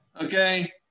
okay